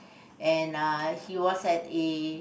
and uh he was at a